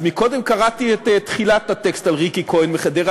אז קודם קראתי את תחילת הטקסט על ריקי כהן מחדרה,